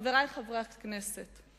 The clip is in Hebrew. חברי חברי הכנסת,